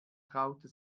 traute